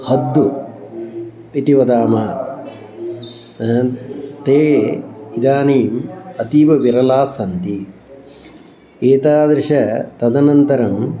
हद्दु इति वदामः ते इदानीम् अतीव विरलास्सन्ति एतादृशाः तदनन्तरम्